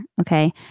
Okay